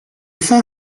fin